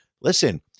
listen